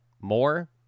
More